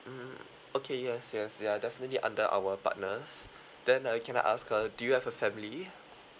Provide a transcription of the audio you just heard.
hmm okay yes yes ya definitely under our partners then uh can I ask uh do you have a family